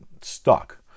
stuck